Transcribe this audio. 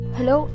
Hello